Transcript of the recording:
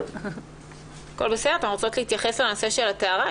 אתן רוצות להתייחס לנושא של הטהרה?